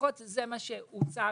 לפחות זה מה שהוצג